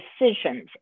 decisions